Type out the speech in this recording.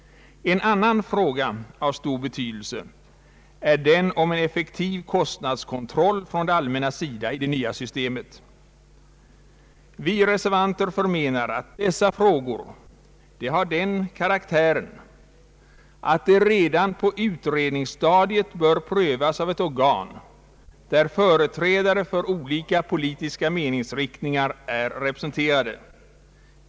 En annan fråga av stor betydelse är den om effektiv kostnadskontroll från det allmännas sida i det nya systemet. Vi reservanter förmenar att dessa frågor har den karaktären att de redan på utredningsstadiet bör prövas av ett organ där företrädare för olika politiska meningsriktningar är representerade.